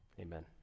Amen